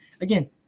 Again